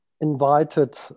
invited